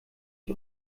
ich